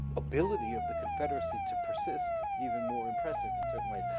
ability of the confederacy to persist even more impressive in certain ways.